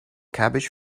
cabbage